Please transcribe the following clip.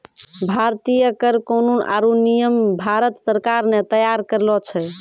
भारतीय कर कानून आरो नियम भारत सरकार ने तैयार करलो छै